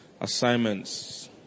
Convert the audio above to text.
assignments